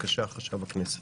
בבקשה, חשב הכנסת.